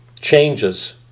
changes